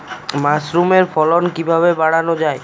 মাসরুমের ফলন কিভাবে বাড়ানো যায়?